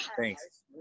Thanks